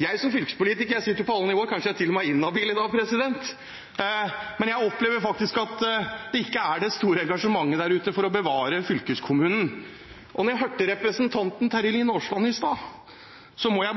Jeg som fylkespolitiker sitter på alle nivåer og er kanskje til og med inhabil i dag, men jeg opplever faktisk at det ikke er det store engasjementet der ute for å bevare fylkeskommunen. Jeg hørte representanten Terje Aasland i stad, da han sa